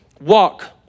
walk